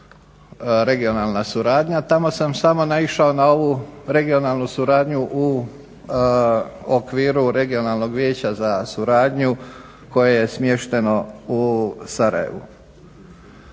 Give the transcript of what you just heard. regionalna suradnja, tamo sam samo naišao na ovu regionalnu suradnju u okviru Regionalnog vijeća za suradnju koje je smješteno u Sarajevu.